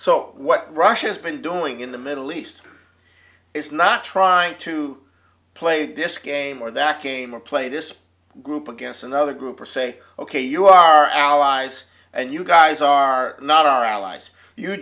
so what russia has been doing in the middle east is not trying to play this game or that game or play this group against another group or say ok you are allies and you guys are not our allies you